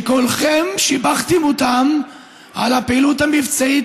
שכולכם שיבחתם אותם על הפעילות המבצעית